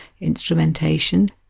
instrumentation